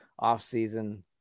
offseason